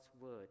word